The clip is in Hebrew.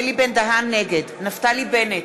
נגד נפתלי בנט,